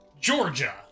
Georgia